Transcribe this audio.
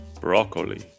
Broccoli